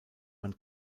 man